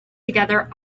together